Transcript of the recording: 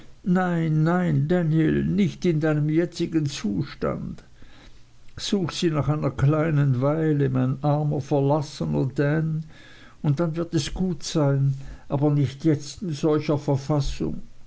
nein nein daniel nicht in deinem jetzigen zustand such sie nach einer kleinen weile mein armer verlassener dan und dann wird es gut sein aber nicht jetzt in solcher verfassung